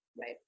Right